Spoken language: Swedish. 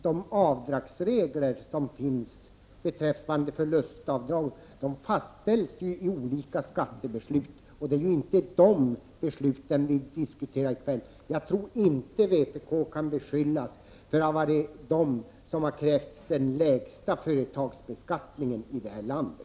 De avdragsregler som finns beträffande förlustavdrag fastställs i olika skattebeslut. Det är dock inte sådana beslut vi diskuterar i kväll. Jag tror inte att vpk kan beskyllas för att ha krävt den lägsta företagsbeskattningen i det här landet.